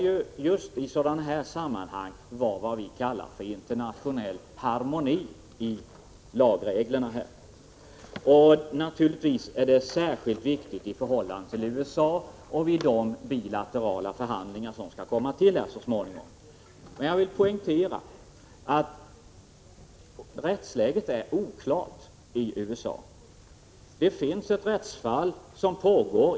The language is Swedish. Just i sådana här sammanhang skall det ju råda det vi kallar för internationell harmoni i lagreglerna, och naturligtvis är det särskilt viktigt med samstämmighet i förhållande till USA med tanke på de bilaterala förhandlingar som så småningom skall föras. Men jag vill poängtera att rättsläget i USA är oklart.